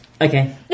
Okay